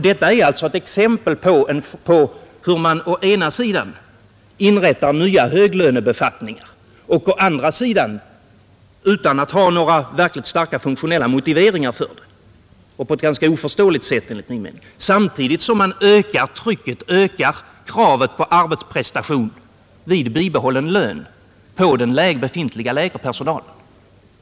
Detta är ett exempel på hur man å ena sidan inrättar nya höglönebefattningar och å den andra utan att ha några verkligt starka funktionella motiveringar för det — på ett enligt min uppfattning ganska oförståeligt sätt — samtidigt som man ökar trycket på den befintliga lägre personalen, ökar kravet på arbetsprestationer vid bibehållen lön.